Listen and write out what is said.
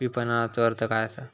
विपणनचो अर्थ काय असा?